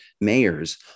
mayors